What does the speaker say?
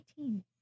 18